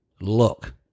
Look